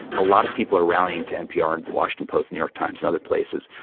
a lot of people are rallying to npr and the washington post, new york times and other places,